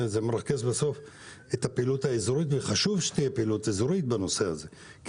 זה מרכז את הפעילות האזורית וחשוב שתהיה פעילות אזורית בנושא הזה כי